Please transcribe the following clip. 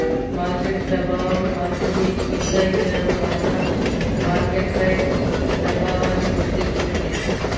market ప్రభావం ఆస్తిని విక్రయించడం వల్ల మార్కెట్పై ప్రభావాన్ని సూచిస్తుంది